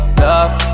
love